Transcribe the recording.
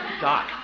Doc